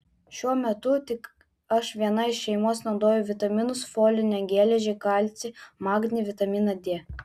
šiuo metu tik aš viena iš šeimos naudoju vitaminus folinę geležį kalcį magnį vitaminą d